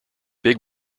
big